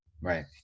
Right